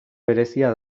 berezia